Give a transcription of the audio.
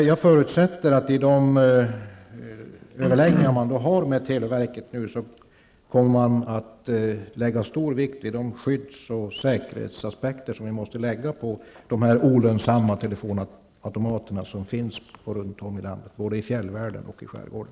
Jag förutsätter emellertid att man i de överläggningar som förs med televerket kommer att fästa stor vikt vid de skydds och säkerhetsaspekter som måste läggas på de olönsamma telefonautomater som finns runt om i landet, både i fjällvärlden och i skärgården.